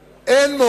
יש שידורים חוזרים.